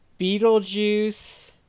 Beetlejuice